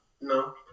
No